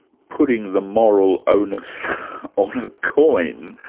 putting the moral onus on a coin,